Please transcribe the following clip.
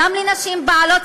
גם לנשים בעלות